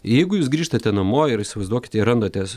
jeigu jūs grįžtate namo ir įsivaizduokite randatės